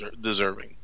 deserving